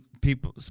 People